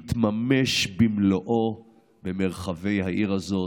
מתממש במלואו במרחבי העיר הזאת,